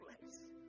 place